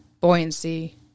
Buoyancy